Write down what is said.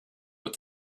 what